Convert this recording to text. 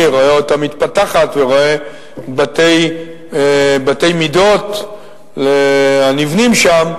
רואה אותה מתפתחת ורואה בתי מידות הנבנים שם,